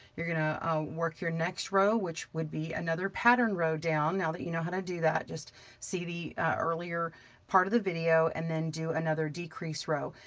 you're gonna ah work your next row, which would be another pattern row down, now that you know how to do that, just see the earlier part of the video, and then do another decrease row.